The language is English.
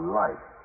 life